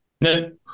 No